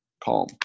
calm